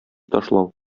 ташлау